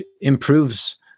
improves